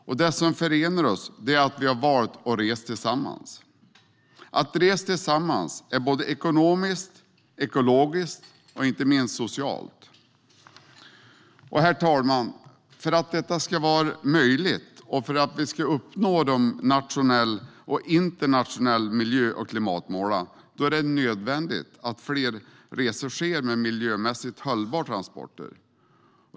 Det som förenar är att vi valt att resa tillsammans. Att resa tillsammans är både ekonomiskt, ekologiskt och inte minst socialt. Herr talman! För att detta ska vara möjligt, och för att vi ska uppnå de nationella och internationella miljö och klimatmålen, är det nödvändigt att fler resor sker med miljömässigt hållbara transporter.